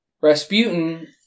Rasputin